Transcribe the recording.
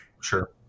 Sure